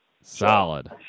Solid